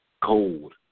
Cold